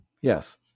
Yes